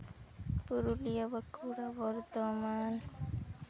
Purulia Bankura Bardhaman